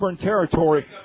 territory